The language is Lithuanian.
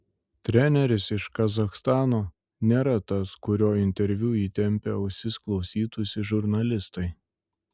treneris iš kazachstano nėra tas kurio interviu įtempę ausis klausytųsi žurnalistai